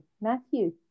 Matthew